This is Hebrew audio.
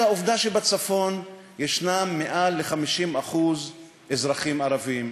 העובדה שבצפון מעל 50% הם אזרחים ערבים,